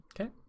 Okay